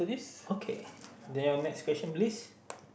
okay then your next question please